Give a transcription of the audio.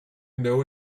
know